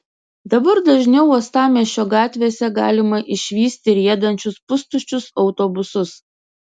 dabar dažniau uostamiesčio gatvėse galima išvysti riedančius pustuščius autobusus